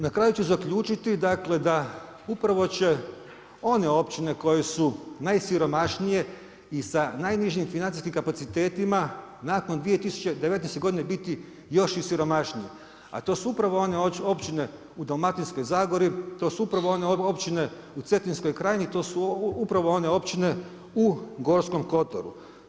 Na kraju ću zaključiti dakle da upravo će one općine koje su najsiromašnije i sa najnižim financijskim kapacitetima nakon 2019. godine biti još i siromašniji, a to su upravo one općine u Dalmatinskoj zagori, to su upravo one općine u Cetinskoj krajini, to su upravo one općine u Gorkom kotaru.